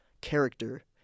character